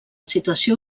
situació